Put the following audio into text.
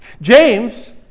James